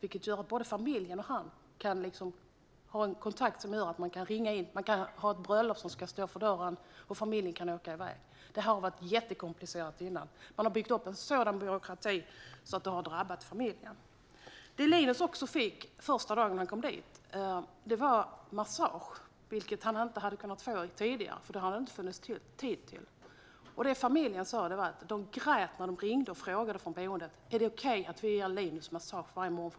Linus och familjen har en kontakt som man kan ringa till, till exempel om ett bröllop står för dörren, så att familjen kan åka i väg. Det har varit jättekomplicerat tidigare. Det har byggts upp en sådan byråkrati att det har drabbat familjen. Första dagen Linus kom till gruppboendet fick han massage, vilket han inte hade kunnat få tidigare. Det hade det inte funnits tid till. Familjen berättar att de grät när boendet ringde och frågade: "Är det okej att vi ger Linus massage varje morgon?